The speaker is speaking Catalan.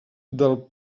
del